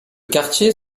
quartier